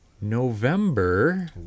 November